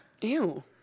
Ew